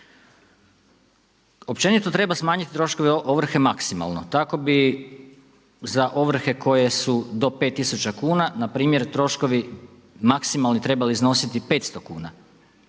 Općenito treba smanjiti troškove ovrhe maksimalno tako bi za ovrhe koje su do 5 tisuća kuna npr. troškovi maksimalni trebali iznositi 500 kuna.